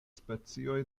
specioj